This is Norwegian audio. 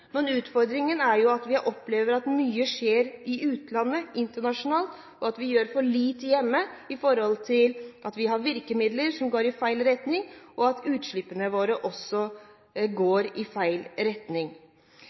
Men utfordringen er jo at vi opplever at mye skjer i utlandet, internasjonalt, og at vi gjør for lite hjemme med tanke på at vi har virkemidler som går i feil retning, og at utslippene våre også går i feil retning.